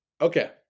okay